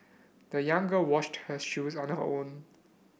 the young girl washed her shoes on her own